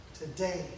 today